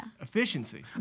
Efficiency